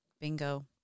Bingo